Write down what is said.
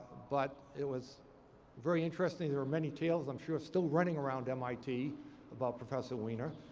but it was very interesting. there are many tales, i'm sure, still running around mit about professor wiener.